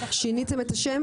שינינו את השם?